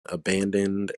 abandoned